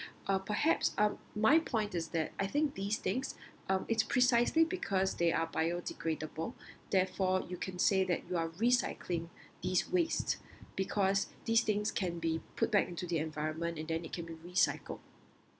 uh perhaps uh my point is that I think these things um it's precisely because they are biodegradable therefore you can say that you are recycling these waste because these things can be put back into the environment and then it can be recycled